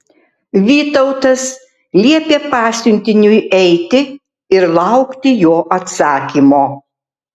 vytautas liepė pasiuntiniui eiti ir laukti jo atsakymo